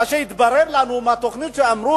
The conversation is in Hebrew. מה שהתברר לנו מהתוכנית שאמרו,